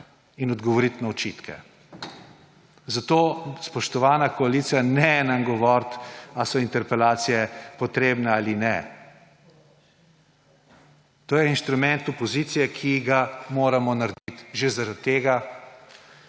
in odgovoriti na očitke. Zato, spoštovana koalicija, ne nam govoriti, ali so interpelacije potrebne ali ne. To je inštrument opozicije, ki ga moramo narediti že zaradi tega,